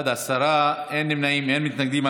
בעד, עשרה, אין נמנעים, אין מתנגדים.